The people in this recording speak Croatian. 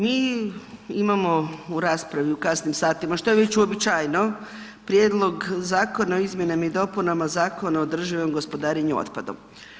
Mi imamo u raspravi u kasnim satima, što je već uobičajeno Prijedlog zakona o izmjenama i dopunama Zakona o održivom gospodarenju otpadom.